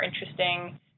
interesting